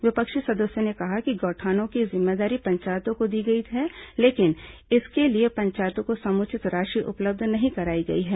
विपक्षी सदस्यों ने कहा कि गौठानों की जिम्मेदारी पंचायतों को दे दी गई है लेकिन इसके लिए पंचायतों को समुचित राशि उपलब्ध नहीं कराई गई है